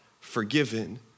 forgiven